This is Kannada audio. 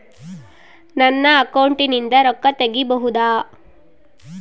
ನನ್ನ ಅಕೌಂಟಿಂದ ರೊಕ್ಕ ತಗಿಬಹುದಾ?